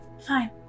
Fine